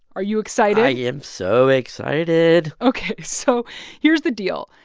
are you excited? i am so excited ok. so here's the deal.